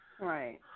Right